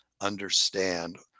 understand